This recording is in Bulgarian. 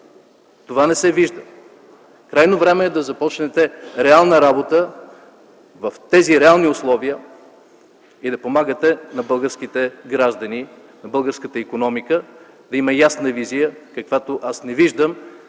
Това не се вижда. Крайно време е да започнете реална работа в тези реални условия и да помагате на българските граждани, на българската икономика, да има ясна визия, каквато аз не виждам,